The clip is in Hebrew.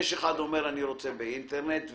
יש אחד שאומר שהוא רוצה את זה באינטרנט.